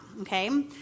okay